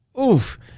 oof